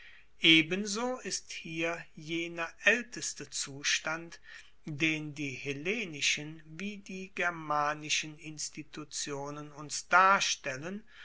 ebenso ist hier jener aelteste zustand den die hellenischen wie die germanischen institutionen uns darstellen